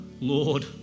Lord